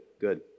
good